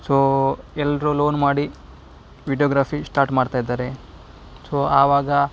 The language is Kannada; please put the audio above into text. ಸೊ ಎಲ್ಲರೂ ಲೋನ್ ಮಾಡಿ ವೀಡಿಯೋಗ್ರಫಿ ಸ್ಟಾರ್ಟ್ ಮಾಡ್ತಾಯಿದ್ದಾರೆ ಸೊ ಆವಾಗ